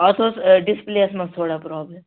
اَتھ اوس ڈِسپُلیٚیَس منٛز تھوڑا پرٛابلِم